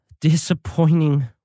disappointing